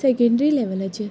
secondary लेव्हलाचेर